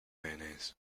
mayonnaise